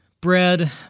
Bread